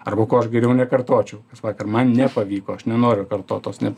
arba ko aš geriau nekartočiau nes vakar man nepavyko aš nenoriu kartot tos ne